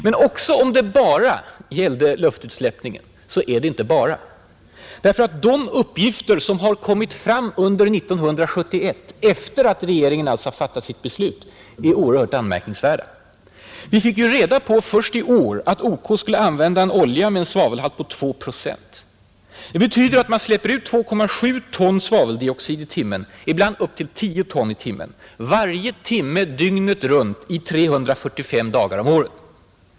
Men också om det ”endast” gällde luftutsläppen så är ändå de uppgifter som har kommit fram under 1971 — efter det att regeringen alltså har fattat sitt beslut — anmärkningsvärda. Vi fick ju reda på först i år att OK skulle använda olja med en svavelhalt på 2 procent. Det betyder att man släpper ut 2,7 ton svaveldioxid i timmen, ibland upp till 10 ton i timmen, varje timme dygnet runt i ca 345 dagar om året.